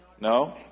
No